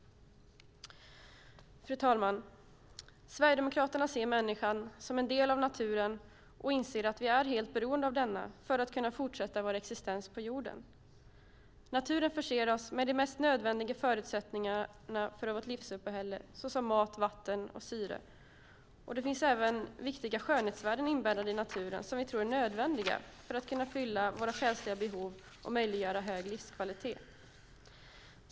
Fru talman! Sverigedemokraterna ser människan som en del av naturen och inser att vi är helt beroende av denna för att kunna fortsätta vår existens på jorden. Naturen förser oss med de mest nödvändiga förutsättningarna för vårt livsuppehälle såsom mat, vatten och syre. Det finns även viktiga skönhetsvärden inbäddade i naturen som vi tror är nödvändiga för att fylla våra själsliga behov och möjliggöra en hög livskvalitet.